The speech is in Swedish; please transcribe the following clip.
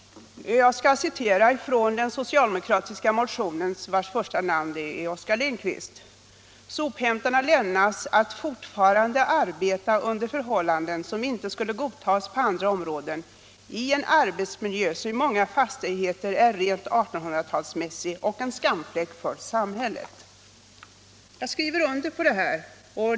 Jag skall citera den socialdemokratiska motionen, vars första namn är Oskar Lindkvist: ”Sophämtarna lämnas att fortfarande arbeta under förhållanden som inte skulle godtas på andra områden — i en arbetsmiljö som i många fastigheter är rent 1800-talsmässig och en skamfläck för samhället.” Jag skriver under på det.